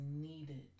needed